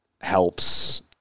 helps